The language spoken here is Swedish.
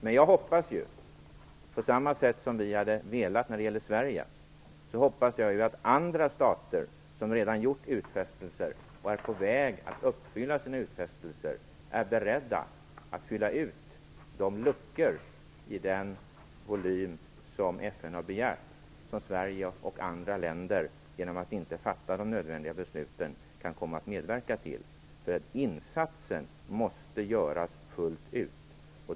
Men jag hoppas att andra stater som redan gjort utfästelser och är på väg att uppfylla sina utfästelser, på samma sätt som vi hade velat när det gäller Sverige, är beredda att fylla ut de luckor i den volym som FN har begärt, vilket Sverige och andra länder genom att inte fatta de nödvändiga besluten kan komma att medverka till. Insatsen måste göras fullt ut.